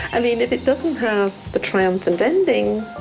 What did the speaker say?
i mean if it doesn't have the triumphant ending,